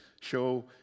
show